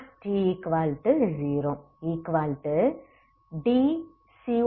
அது dudt|t0dc1d